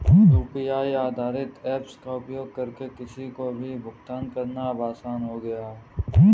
UPI आधारित apps का उपयोग करके किसी को भी भुगतान करना अब आसान हो गया है